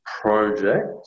project